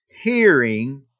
hearing